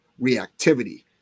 reactivity